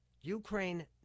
Ukraine